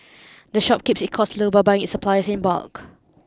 the shop keeps its costs low by buying its supplies in bulk